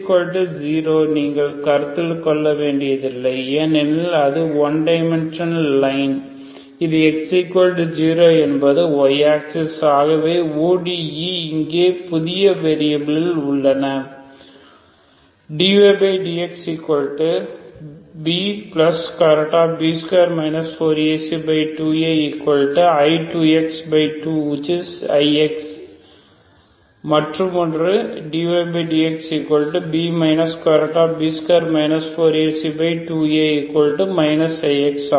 x 0 நீங்கள் கருத்தில் கொள்ள வேண்டியதில்லை ஏனெனில் இது ஒன் டைமென்ஷன் லைன் இது x0 என்பது y axis ஆகவே ODE இங்கே புதிய வேரியபில் உள்ளன dydxBB2 4AC2Ai2x2ix மற்றுமொன்று dydxB B2 4AC2A ix ஆகும்